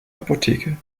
apotheke